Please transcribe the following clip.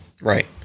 Right